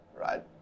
right